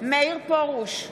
מאיר פרוש,